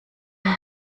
ihm